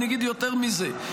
אני אגיד יותר מזה,